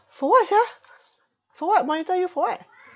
for what sia for what monitor you for what